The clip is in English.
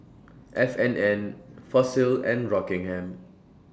F and N Fossil and Rockingham